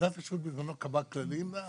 ועדת השירות בזמנו קבעה כללים וזה